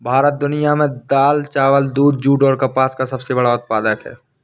भारत दुनिया में दाल, चावल, दूध, जूट और कपास का सबसे बड़ा उत्पादक है